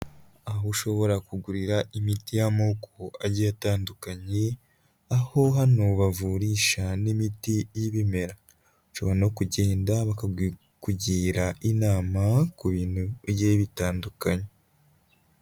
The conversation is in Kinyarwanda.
Aho ushobora kugurira imiti y'amoko agiye atandukanye, aho hano bavurisha n'imiti y'ibimera, ushobora no kugenda bakakugira inama ku bintu bigiye bitandukanye.